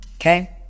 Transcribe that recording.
Okay